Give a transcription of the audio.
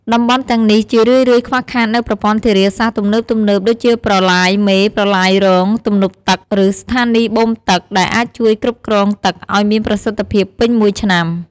តំបន់ទាំងនេះជារឿយៗខ្វះខាតនូវប្រព័ន្ធធារាសាស្ត្រទំនើបៗ ដូចជាប្រឡាយមេ ប្រឡាយរង ទំនប់ទឹក ឬស្ថានីយបូមទឹក ដែលអាចជួយគ្រប់គ្រងទឹកឱ្យមានប្រសិទ្ធភាពពេញមួយឆ្នាំ។